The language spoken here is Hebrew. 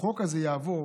החוק הזה יעבור,